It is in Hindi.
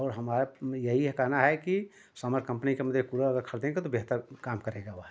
और हमारा यही है कहना है कि समर कम्पनी का मतलब कूलर अगर खरीदेगें तो बेहतर काम करेगा वह